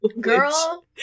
Girl